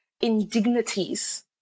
indignities